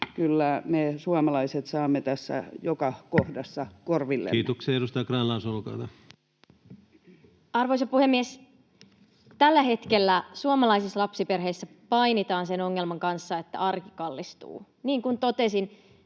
Kyllä me suomalaiset saamme tässä joka kohdassa korvillemme. Kiitoksia. — Edustaja Grahn-Laasonen, olkaa hyvä. Arvoisa puhemies! Tällä hetkellä suomalaisissa lapsiperheissä painitaan sen ongelman kanssa, että arki kallistuu, niin kuin totesin,